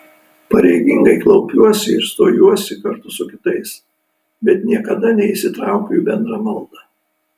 pareigingai klaupiuosi ir stojuosi kartu su kitais bet niekada neįsitraukiu į bendrą maldą